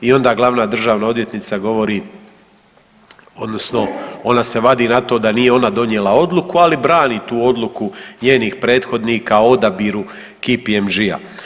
I onda glavna državna odvjetnica govori odnosno ona se vadi na to da nije ona donijela odluku, ali brani tu odluku njenih prethodnika o odabiru KPMG-a.